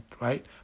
right